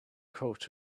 coat